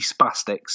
spastics